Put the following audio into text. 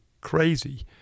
crazy